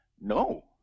No